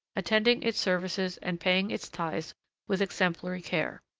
attending its services and paying its tithes with exemplary care.